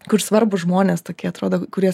kur svarbūs žmonės tokie atrodo kurie